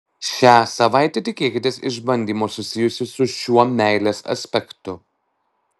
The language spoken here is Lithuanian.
šią savaitę tikėkitės išbandymo susijusio su šiuo meilės aspektu